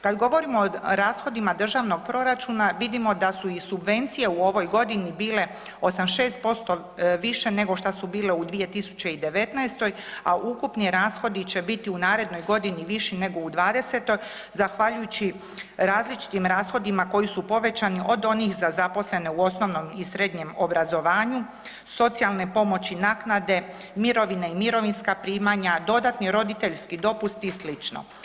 Kad govorimo o rashodima državnog proračuna vidimo da su i subvencije u ovoj godini bile 86% više nego šta su bile u 2019., a ukupni rashodi će biti u narednoj godini viši nego u '20. zahvaljujući različitim rashodima koji su povećani od onih za zaposlene u osnovnom i srednjem obrazovanju, socijalne pomoći, naknade, mirovine i mirovinska primanja, dodatni roditeljski dopust i slično.